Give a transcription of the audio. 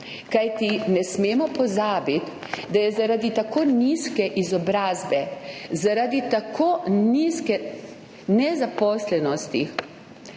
Kajti ne smemo pozabiti, da zaradi tako nizke izobrazbe, zaradi tako visoke nezaposlenosti